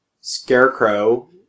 Scarecrow